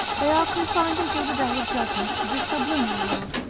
they are confined until the day of judgment to this sublunary world,